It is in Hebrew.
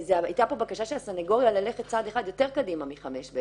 הייתה פה בקשה של הסניגוריה ללכת צעד אחד יותר קדימה מ-סעיף 5(ב),